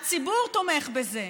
הציבור תומך בזה,